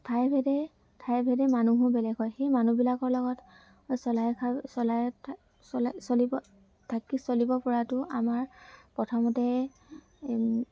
ঠাই ভেদে ঠাই ভেদে মানুহো বেলেগে হয় সেই মানুহবিলাকৰ লগত চলাই চলাই চলাই চলিব থাকি চলিব পৰাটো আমাৰ প্ৰথমতে